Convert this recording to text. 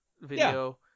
video